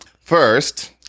First